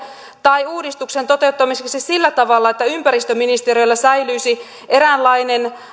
tai uudistuksen toteuttamiseksi sillä tavalla että ympäristöministeriöllä säilyisi vähintäänkin eräänlainen